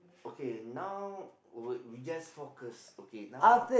okay now would we just focus okay now